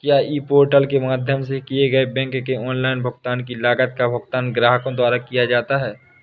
क्या e portal के माध्यम से किए गए बैंक के ऑनलाइन भुगतान की लागत का भुगतान ग्राहकों द्वारा किया जाता है?